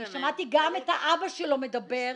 כי שמעתי את האבא שלו מדבר.